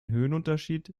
höhenunterschied